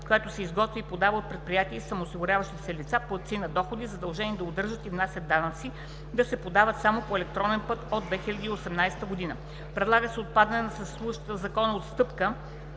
която се изготвя и подава от предприятията и самоосигуряващите се лица – платци на доходи, задължени да удържат и внасят данъци, да се подават само по електронен път от 2018 г. Предлага се отпадане на съществуващата в Закона отстъпка